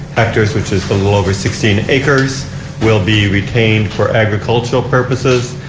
hectors which is a little over sixteen acres will be retained for agricultural purposes.